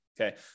Okay